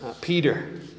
Peter